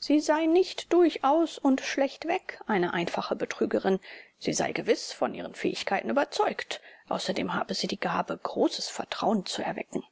sie sei nicht durchaus und schlechtweg eine einfache betrügerin sie sei gewiß von ihren fähigkeiten überzeugt außerdem habe sie die gabe großes vertrauen zu erwecken